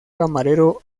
camarero